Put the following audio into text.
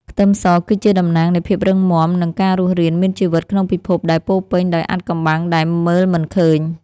ខ្ទឹមសគឺជាតំណាងនៃភាពរឹងមាំនិងការរស់រានមានជីវិតក្នុងពិភពដែលពោរពេញដោយអាថ៌កំបាំងដែលមើលមិនឃើញ។